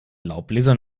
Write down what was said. laubbläser